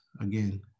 again